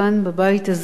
בבית הזה,